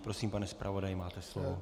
Prosím, pane zpravodaji, máte slovo.